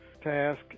task